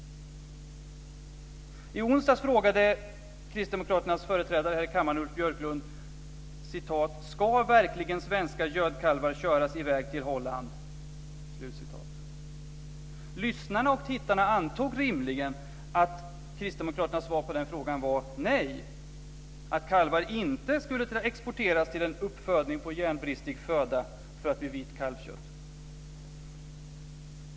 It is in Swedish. I onsdags frågade kristdemokraternas företrädare, Ulf Björklund, här i kammaren: Ska svenska gödkalvar verkligen köras i väg till Holland? Lyssnarna och tittarna antog rimligen att kristdemokraternas svar på den frågan var: Nej, kalvar ska inte exporteras till en uppfödning på järnfattig föda för att bli till vitt kalvkött.